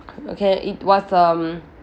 okay it was um